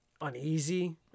uneasy